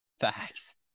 Facts